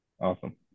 awesome